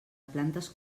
plantes